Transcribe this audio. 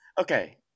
Okay